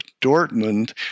Dortmund